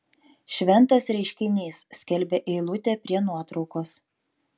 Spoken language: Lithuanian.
šventas reiškinys skelbia eilutė prie nuotraukos